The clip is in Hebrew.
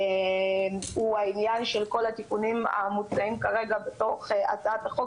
הוא התיקונים המוצעים בהצעת החוק.